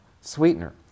sweetener